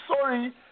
sorry